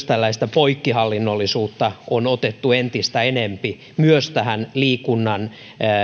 tällaista poikkihallinnollisuutta on otettu entistä enempi tähän liikunnan